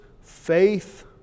faith